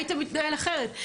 היית מתנהל אחרת.